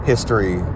history